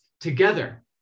together